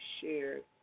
shared